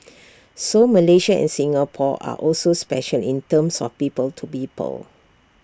so Malaysia and Singapore are also special in terms of people to people